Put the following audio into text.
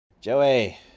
Joey